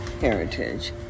heritage